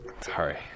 Sorry